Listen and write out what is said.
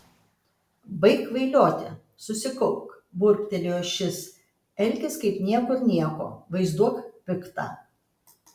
baik kvailioti susikaupk burbtelėjo šis elkis kaip niekur nieko vaizduok piktą